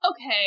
okay